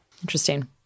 Interesting